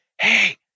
hey